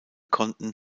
konnten